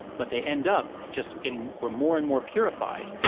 but they end up just getting we're more and more purified.